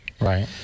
Right